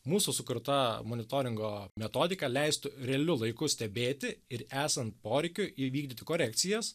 mūsų sukurta monitoringo metodika leistų realiu laiku stebėti ir esant poreikiui įvykdyti korekcijas